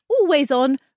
always-on